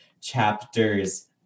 chapters